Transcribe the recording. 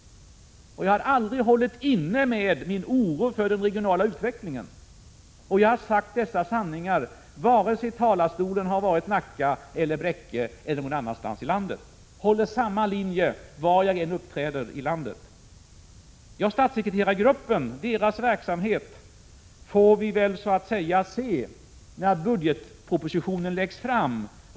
Jag har aldrig hållit inne med min oro för den regionala utvecklingen. Jag har sagt dessa sanningar vare sig talarstolen har stått i Nacka, Bräcke eller någon annanstans i landet. Jag håller samma linje var jag än uppträder i landet. Vi får väl se vad statssekreterargruppens verksamhet har fått för framgångar när budgetpropositionen läggs fram.